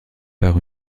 par